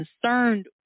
concerned